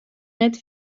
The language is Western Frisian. net